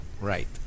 Right